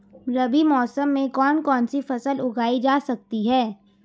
रबी मौसम में कौन कौनसी फसल उगाई जा सकती है?